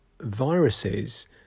viruses